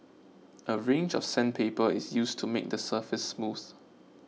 a range of sandpaper is used to make the surface smooth